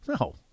No